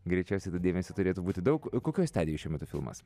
greičiausiai dėmesio turėtų būti daug kokioj stadijoj šiuo metu filmas